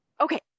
Okay